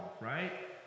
right